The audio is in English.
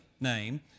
name